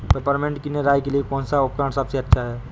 Peppermint की निराई के लिए कौन सा उपकरण सबसे अच्छा है?